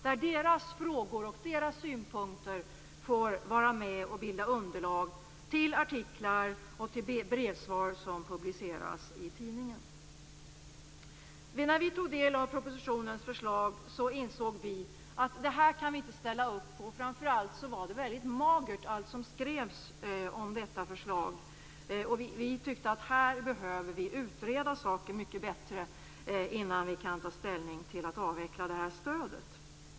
Deras frågor och deras synpunkter får vara med och bilda underlag till artiklar och brevsvar som publiceras i tidningen. När vi tog del av propositionens förslag insåg vi att vi inte kunde ställa upp på detta. Framför allt var det som skrevs om detta förslag väldigt magert. Vi tyckte att vi här behöver utreda saken mycket bättre innan vi kan ta ställning till att avveckla stödet.